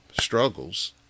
struggles